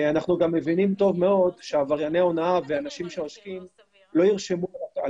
אנחנו גם מבינים טוב מאוד שעברייני הונאה ואנשים שעושקים לא ירשמו על